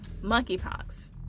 Monkeypox